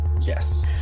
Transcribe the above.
Yes